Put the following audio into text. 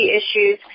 issues